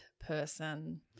person